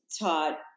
taught